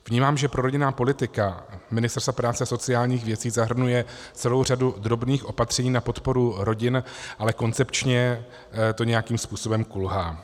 Vnímám, že prorodinná politika Ministerstva práce a sociálních věcí zahrnuje celou řadu drobných opatření na podporu rodin, ale koncepčně to nějakým způsobem kulhá.